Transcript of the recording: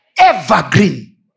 evergreen